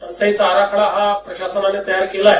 टंचाईचा आराखडा हा प्रशासनानं तयार केला आहे